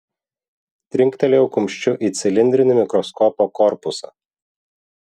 trinktelėjau kumščiu į cilindrinį mikroskopo korpusą